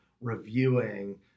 reviewing